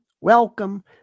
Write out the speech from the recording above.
Welcome